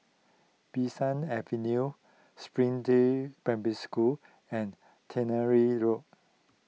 Bee San Avenue Springdale Primary School and Tannery Road